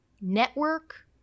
network